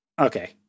Okay